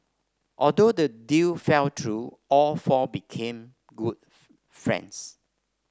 although the deal fell through all four became friends